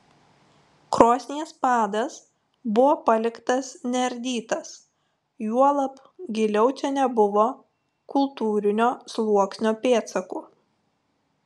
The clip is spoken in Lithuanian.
krosnies padas buvo paliktas neardytas juolab giliau čia nebuvo kultūrinio sluoksnio pėdsakų